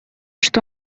что